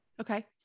Okay